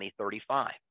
2035